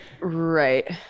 Right